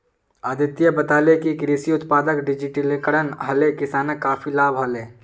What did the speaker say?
अदित्य बताले कि कृषि उत्पादक डिजिटलीकरण हले किसानक काफी लाभ हले